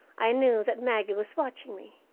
i knew that maggie was watching me,